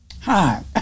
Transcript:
Hi